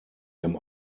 dem